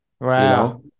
Wow